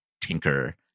tinker